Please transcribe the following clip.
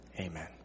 Amen